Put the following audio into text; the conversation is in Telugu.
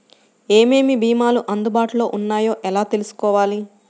ఏమేమి భీమాలు అందుబాటులో వున్నాయో ఎలా తెలుసుకోవాలి?